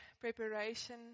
preparation